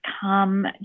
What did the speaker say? come